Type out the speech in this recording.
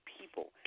people